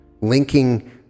linking